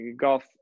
golf